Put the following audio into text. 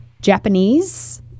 Japanese